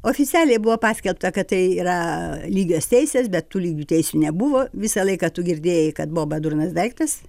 oficialiai buvo paskelbta kad tai yra lygios teisės bet tų lygių teisių nebuvo visą laiką tu girdėjai kad boba durnas daiktas